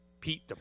Pete